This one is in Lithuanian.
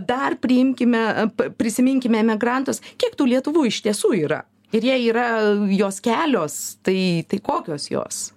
dar priimkime prisiminkime emigrantus kiek tų lietuvoj iš tiesų yra ir jie yra jos kelios tai tai kokios jos